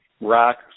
rock